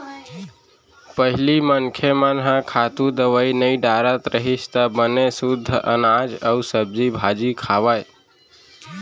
पहिली मनखे मन ह खातू, दवई नइ डारत रहिस त बने सुद्ध अनाज अउ सब्जी भाजी खावय